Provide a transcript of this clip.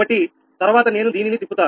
కాబట్టి తర్వాత నేను దీనిని తిప్పుతాను